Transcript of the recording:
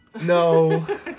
No